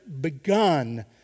begun